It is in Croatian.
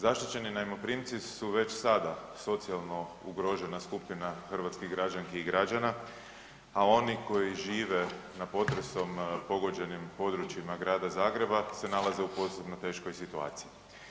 Zaštićeni najmoprimci su već sada socijalno ugrožena skupina hrvatskih građanki i građana, a oni koji žive na potresom pogođenim područjima Grada Zagreba se nalaze u posebno teškoj situaciji.